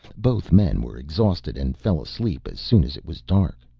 both men were exhausted and fell asleep as soon as it was dark.